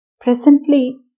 presently